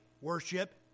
worship